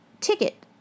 ticket